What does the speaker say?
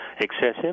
excessive